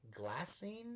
Glassine